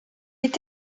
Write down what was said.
est